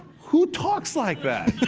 who talks like that?